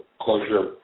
closure